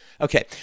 Okay